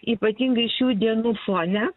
ypatingai šių dienų fone